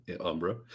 Umbra